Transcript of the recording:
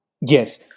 Yes